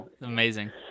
amazing